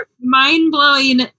Mind-blowing